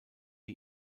the